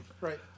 Right